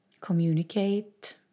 communicate